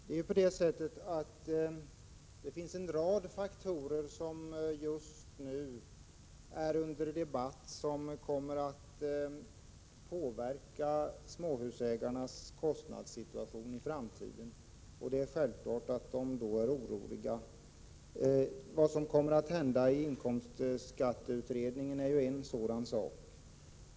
Herr talman! Det finns en rad faktorer som just nu är föremål för debatt och som kommer att påverka småhusägarnas kostnadssituation i framtiden. Det är självklart att dessa därför är oroliga. Resultatet av inkomstskatteutredningen är en sådan faktor.